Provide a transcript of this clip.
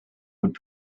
would